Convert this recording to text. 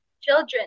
children